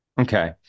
okay